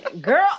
Girl